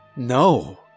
No